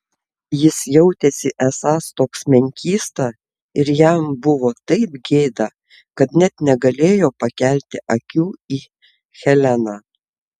jis jautėsi esąs toks menkysta ir jam buvo taip gėda kad net negalėjo pakelti akių į heleną